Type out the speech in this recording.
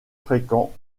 fréquent